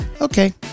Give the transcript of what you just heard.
Okay